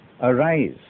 arise